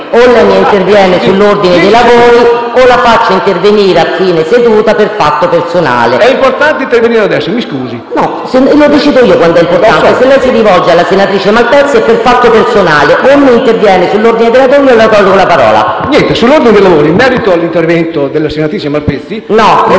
o lei interviene sull'ordine dei lavori o la faccio intervenire a fine seduta per fatto personale. LANZI *(M5S)*. È importante intervenire adesso, mi scusi. PRESIDENTE. Lo decido io quando è importante. Se lei si rivolge alla senatrice Malpezzi è per fatto personale; o interviene sull'ordine dei lavori, o le tolgo la parola. LANZI *(M5S)*. Sull'ordine dei lavori, in merito all'intervento della senatrice Malpezzi... PRESIDENTE.